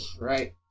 Right